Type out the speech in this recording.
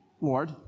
Lord